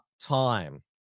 time